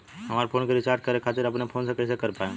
हमार फोन के रीचार्ज करे खातिर अपने फोन से कैसे कर पाएम?